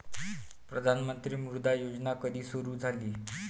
प्रधानमंत्री मुद्रा योजना कधी सुरू झाली?